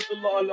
Allah